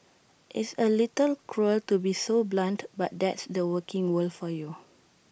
it's A little cruel to be so blunt but that's the working world for you